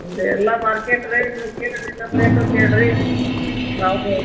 ಇದು ಎಲ್ಲ market rate ಕೇಳಿರಿ ನಮ್ಮ ರೇಟು ಕೇಳಿರಿ ನಾವು